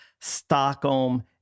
Stockholm